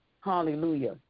hallelujah